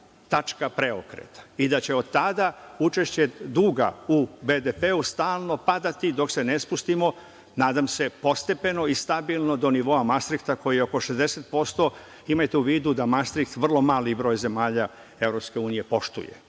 tačka preokreta i da će od tada učešće duga u BDP-u stalno padati, dok se ne spustimo, nadam se postepeno i stabilno, do nivoa Mastrihta koji je oko 60%. Imajte u vidu da Mastriht vrlo mali broj zemalja EU poštuje.